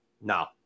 No